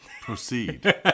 Proceed